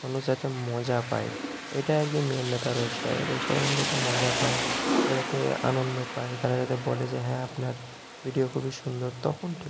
মানুষ যাতে মজা পায় এটা আর কি মেন ব্যাপার রোস্টারের রোস্টারে মানুষ এতো মজা পায় যাতে আনন্দ পায় তারা যাতে বলে যে হ্যাঁ আপনার ভিডিও খুবই সুন্দর তখন ঠি